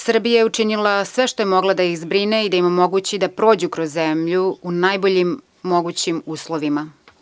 Srbija je učinila sve što je mogla da ih zbrine i da im omogući da prođu kroz zemlju u najboljim mogućim uslovima.